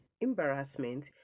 embarrassment